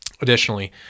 Additionally